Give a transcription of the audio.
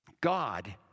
God